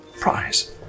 prize